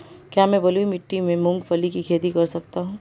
क्या मैं बलुई मिट्टी में मूंगफली की खेती कर सकता हूँ?